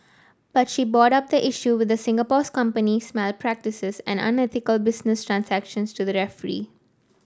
but she brought up the issue with Singapore company's malpractices and unethical business transactions to the referee